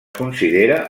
considera